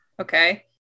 okay